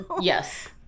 Yes